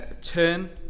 turn